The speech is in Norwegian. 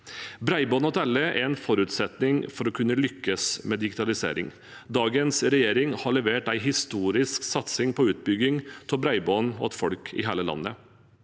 Bredbånd til alle er en forutsetning for å kunne lykkes med digitalisering. Dagens regjering har levert en historisk satsing på utbygging av bredbånd til folk i hele landet.